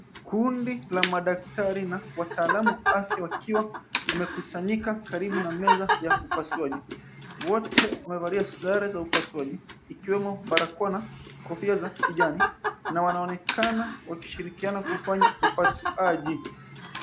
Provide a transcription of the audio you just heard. Kundi la madaktari na wataalamu wa afya wakiwa wamekusanyika karibu na meza ya upasuaji. Wote wamevalia sare za upasuaji ikiwemo barakoa na kofia za kijani na wanaonekana wakishirikiana kufanya upasuaji.